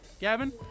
Gavin